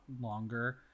longer